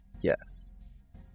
Yes